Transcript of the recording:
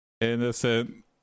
innocent